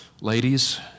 ladies